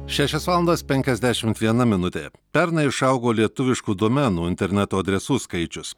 šešios valandos penkiasdešimt viena minutė pernai išaugo lietuviškų domenų interneto adresų skaičius